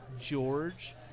George